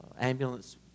ambulance